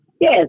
Yes